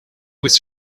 with